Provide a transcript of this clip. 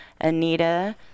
Anita